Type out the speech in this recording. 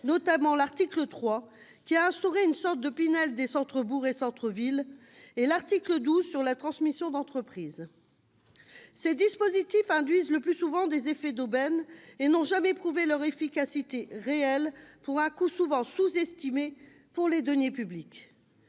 notamment l'article 3, qui instaurait une sorte de Pinel des centres-bourgs et centres-villes, et l'article 12, sur la transmission d'entreprise. Ces dispositifs induisent le plus souvent des effets d'aubaine et n'ont jamais prouvé leur efficacité réelle, pour un coût souvent sous-estimé pour les deniers publics.